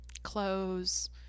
clothes